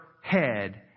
head